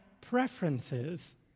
preferences